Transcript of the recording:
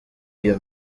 iyo